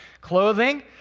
clothing